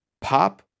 pop